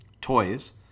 toys